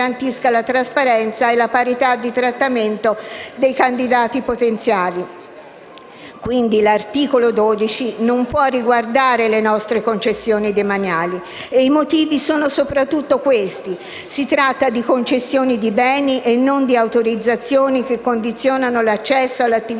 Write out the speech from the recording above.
la parità di trattamento dei candidati potenziali. Quindi, l'articolo 12 non può riguardare le nostre concessioni demaniali e i motivi sono soprattutto questi: si tratta di concessioni di beni e non di autorizzazioni che condizionano l'accesso alle attività